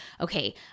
okay